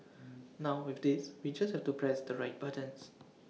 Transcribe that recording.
now with this we just have to press the right buttons